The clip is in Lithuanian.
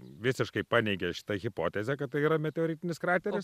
visiškai paneigė šitą hipotezę kad tai yra meteoritinis krateris